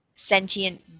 sentient